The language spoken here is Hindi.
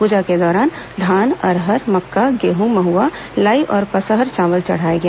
पूजा के दौरान धान अरहर मक्का गेहूं महुआ लाई और पसहर चावल चढ़ाया गया